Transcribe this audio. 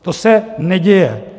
To se neděje.